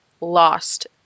lost